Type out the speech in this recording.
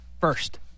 first